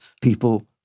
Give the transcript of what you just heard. people